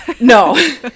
No